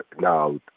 now